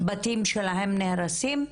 הבתים שלהם נהרסים,